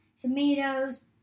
tomatoes